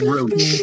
Roach